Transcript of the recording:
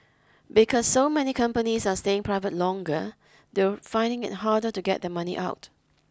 because so many companies are staying private longer they're finding it harder to get their money out